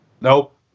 Nope